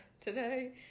today